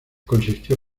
consistió